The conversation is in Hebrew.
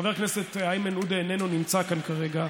חבר הכנסת איימן עודה איננו נמצא כאן כרגע.